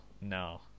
no